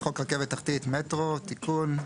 חוק רכבת תחתית (מטרו) (תיקון),